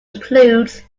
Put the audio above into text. includes